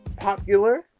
popular